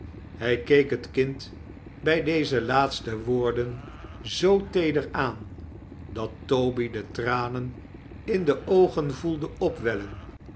hij keek het kind bij deze laatste woorden zoo teeder aan dat toby de tranen in de oogen voelde opwellen